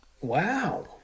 Wow